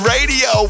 Radio